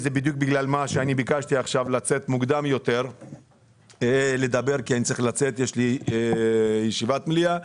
והסיבה שביקשתי לצאת מוקדם יותר כי יש לי ישיבת מליאה,